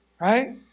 right